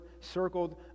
circled